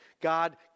God